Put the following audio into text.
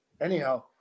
anyhow